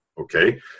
Okay